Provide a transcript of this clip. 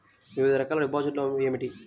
వివిధ రకాల డిపాజిట్లు ఏమిటీ?